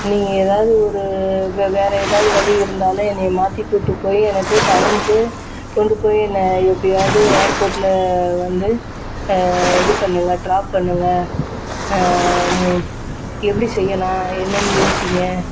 நீங்கள் ஏதாவது ஒரு வே வேறு ஏதாவது வழி இருந்தாலே என்னை மாற்றி கூட்டி போய் எனக்கு டைமுக்கு கொண்டு போய் என்னை எப்படியாவது ஏர்போர்ட்டில் வந்து இது பண்ணுங்கள் ட்ராப் பண்ணுங்கள் மு எப்படி செய்யலாம் என்னென்று யோசிங்கள்